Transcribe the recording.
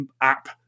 app